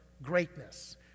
Greatness